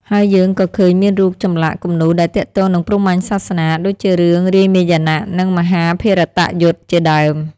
ហើយយើងក៏ឃើញមានរូប ចម្លាក់ គំនូរដែលទាក់ទងនឹងព្រហ្មញ្ញសាសនា ដូចជារឿងរាមាយណៈ និង មហាភារតយុទ្ធ ជាដើម។